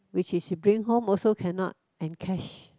which is you bring home also cannot and cash